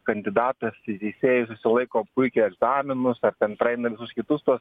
kandidatas į teisėjus išsilaiko puikiai egzaminus ar ten praeina visus kitus tuos